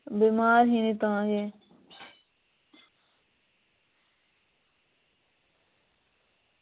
बमार ही तां गै